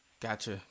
Gotcha